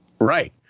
right